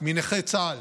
מנכי צה"ל